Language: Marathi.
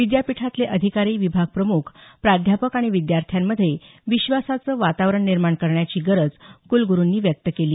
विद्यापीठातले अधिकारी विभागप्रमुख प्राध्यापक आणि विद्यार्थ्यांमध्ये विश्वासाचं वातावरण निर्माण करण्याची गरज कुलगुरुंनी व्यक्त केली